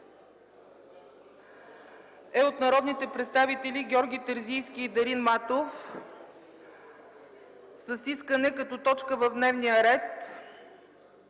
е от народните представители Георги Терзийски и Дарин Матов с искане като точка в дневния ред